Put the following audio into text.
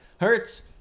Hurts